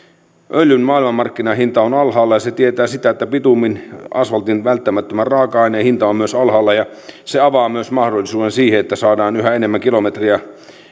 öljyn maailmanmarkkinahinta on alhaalla ja se tietää sitä että bitumin asfaltin välttämättömän raaka aineen hinta on myös alhaalla ja se avaa myös mahdollisuuden siihen että saadaan yhä enemmän kilometrejä